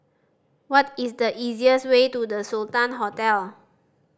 what is the easiest way to The Sultan Hotel